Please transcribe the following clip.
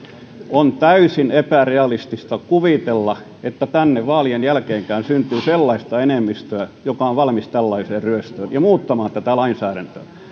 on täysin epärealistista kuvitella että tänne vaalien jälkeenkään syntyy sellaista enemmistöä joka on valmis tällaiseen ryöstöön ja muuttamaan tätä lainsäädäntöä